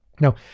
Now